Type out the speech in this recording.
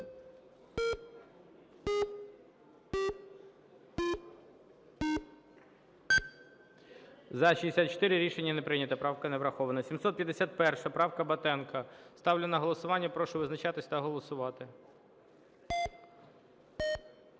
За-64 Рішення не прийнято. Правка не врахована. 751 правка Батенка. Ставлю на голосування. Прошу визначатися та голосувати.